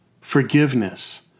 forgiveness